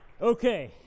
Okay